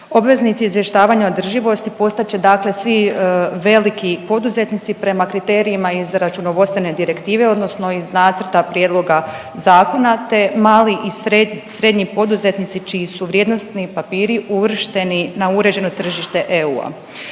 Obveznici izvještavanja održivosti postat će, dakle svi veliki poduzetnici prema kriterijima iz računovodstvene direktive, odnosno iz Nacrta prijedloga zakona, te mali i srednji poduzetnici čiji su vrijednosni papiri uvršteni na uređeno tržište EU-a.